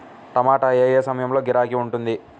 టమాటా ఏ ఏ సమయంలో గిరాకీ ఉంటుంది?